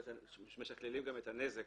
משקללים גם את הנזק